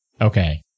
Okay